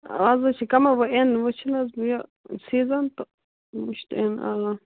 اَز حظ چھِ کَمے وۅنۍ چھِ حظ یہِ سیٖزن تہٕ وُچھتہٕ یِن اَوا